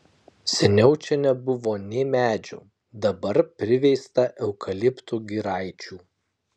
seniau čia nebuvo nė medžių dabar priveista eukaliptų giraičių